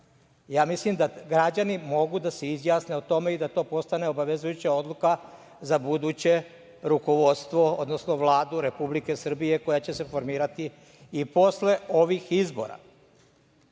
Ja mislim da građani mogu da se izjasne o tome i da to postane obavezujuća odluka za buduće rukovodstvo, odnosno Vladu Republike Srbije koja će se formirati i posle ovih izbora. To